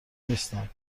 نیستم